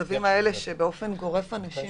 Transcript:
במצב שבו אנשים